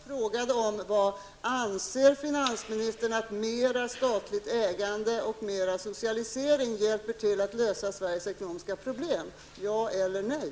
Herr talman! Detta har ingenting med pensioner att göra. Vad jag frågade var: Anser finansministern att mera statliga ägande och mera socialisering hjälper till att lösa Sveriges ekonomiska problem -- ja eller nej?